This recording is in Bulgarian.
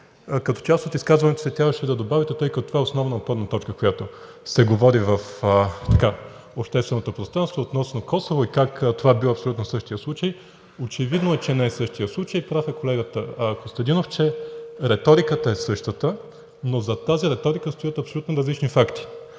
като част от изказването си трябваше да добавите, тъй като това е основна опорна точка, която се говори в общественото пространство – Косово, и как това бил абсолютно същият случай. Очевидно, че не е същият случай. Прав е колегата Костадинов, че реториката е същата, но зад тази реторика стоят абсолютно различни факти.